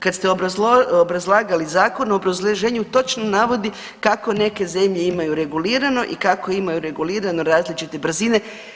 Kad ste obrazlagali zakon u obrazloženju točno navodi kako neke zemlje imaju regulirano i kako imaju regulirano različite brzine.